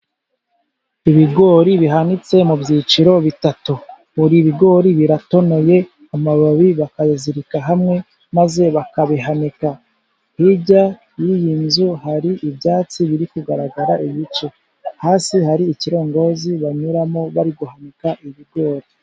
Ibigori bihanitse mu byiciro bitatu. Buri bigori biratonoye, amababi bakayazirika hamwe, maze bakabihanika. Hirya y'iyi nzu hari ibyatsi biri kugaragara ibice, hasi hari ikirongozi banyuramo bari guhanika ibigori.